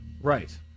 Right